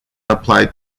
applied